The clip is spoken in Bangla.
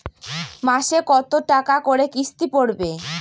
মাসে কত টাকা করে কিস্তি পড়বে?